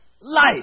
Life